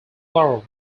lord